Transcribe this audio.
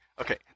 okay